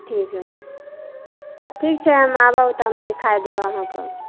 ठीक हइ ठीक छै आबऽ तऽ हम देखा देब अहाँकेॅं